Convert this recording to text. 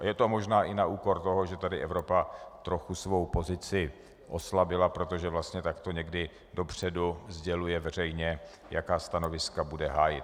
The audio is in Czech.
Je to možná i na úkor toho, že tady Evropa trochu svou pozici oslabila, protože vlastně takto někdy dopředu sděluje veřejně, jaká stanoviska bude hájit.